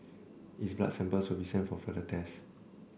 its blood samples will be sent for further tests